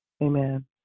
Amen